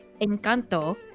Encanto